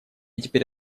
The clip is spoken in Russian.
теперь